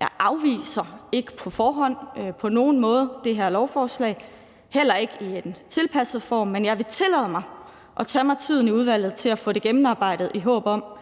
Jeg afviser ikke på forhånd på nogen måde det her lovforslag, heller ikke i en tilpasset form, men jeg vil tillade mig at tage mig tiden i udvalget til at få det gennemarbejdet, i håb om